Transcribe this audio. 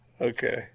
Okay